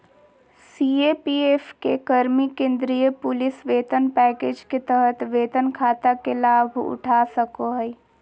CAPF के कर्मि केंद्रीय पुलिस वेतन पैकेज के तहत वेतन खाता के लाभउठा सको हइ